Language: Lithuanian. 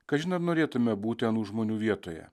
kažin ar norėtume būti anų žmonių vietoje